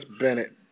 Bennett